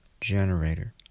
generator